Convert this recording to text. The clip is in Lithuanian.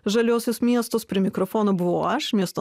žaliuosius miestus prie mikrofono buvau aš miesto